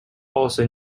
also